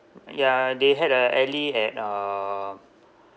ya they had uh alley at um